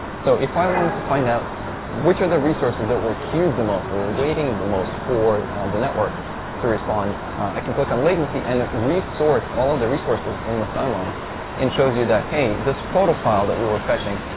so if i want to find out which are the resources that were queued the most or were waiting the most for the network to respond, i can click on latency, and it re-sorts all of the resources in this timeline and shows you that, hey, this photo file that we were fetching,